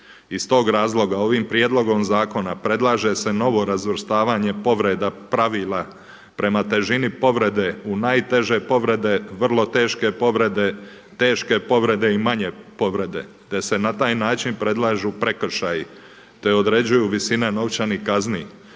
Iz tog razloga ovim prijedlogom zakona predlaže se novo razvrstavanje povreda pravila prema težini povrede u najteže povrede, vrlo teške povrede, teške povrede i manje povrede te se na taj način predlažu prekršaji, te određuju visine novčanih kazni.